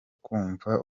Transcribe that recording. kumva